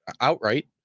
outright